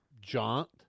jaunt